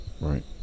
right